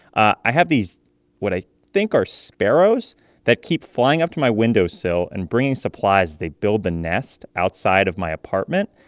i have these what i think are sparrows that keep flying up to my windowsill and bringing supplies that they build the nest outside of my apartment.